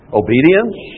obedience